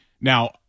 Now